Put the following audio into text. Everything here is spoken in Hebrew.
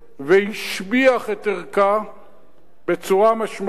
והשביח את ערכה בצורה משמעותית,